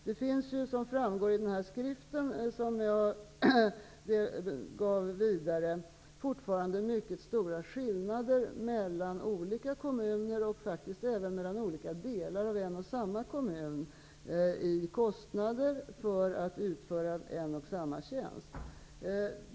Det finns, som framgår av den skrift som jag gav vidare, fortfarande stora skillnader mellan olika kommuner -- och faktiskt även mellan olika delar av en och samma kommun -- i kostnader för att utföra en och samma tjänst.